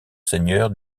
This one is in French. seigneurs